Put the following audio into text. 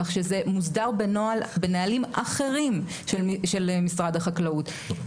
כך שזה מוסדר בנהלים אחרים של משרד החקלאות.